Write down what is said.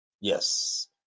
Yes